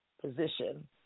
position